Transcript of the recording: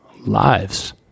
lives